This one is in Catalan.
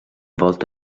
volta